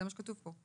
זה מה שכתוב פה.